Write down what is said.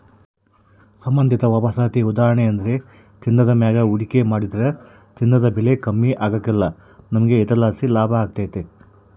ಸಂಬಂಧಿತ ವಾಪಸಾತಿಯ ಉದಾಹರಣೆಯೆಂದ್ರ ಚಿನ್ನದ ಮ್ಯಾಗ ಹೂಡಿಕೆ ಮಾಡಿದ್ರ ಚಿನ್ನದ ಬೆಲೆ ಕಮ್ಮಿ ಆಗ್ಕಲ್ಲ, ನಮಿಗೆ ಇದರ್ಲಾಸಿ ಲಾಭತತೆ